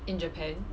in japan